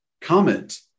comment